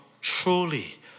truly